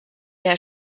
der